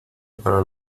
para